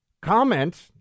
comment